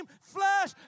flesh